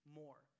more